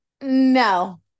no